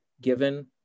given